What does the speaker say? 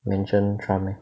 mention trump